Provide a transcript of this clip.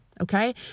okay